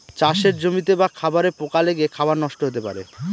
চাষের জমিতে বা খাবারে পোকা লেগে খাবার নষ্ট হতে পারে